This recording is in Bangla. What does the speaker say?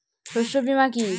শস্য বীমা কি?